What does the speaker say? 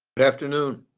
but afternoon